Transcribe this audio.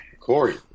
Corey